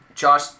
Josh